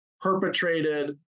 perpetrated